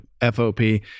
FOP